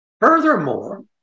Furthermore